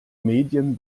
medien